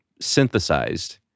synthesized